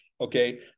okay